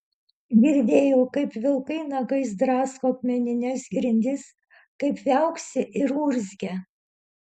girdėjau kaip vilkai nagais drasko akmenines grindis kaip viauksi ir urzgia